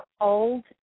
old